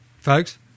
folks